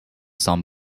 some